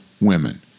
women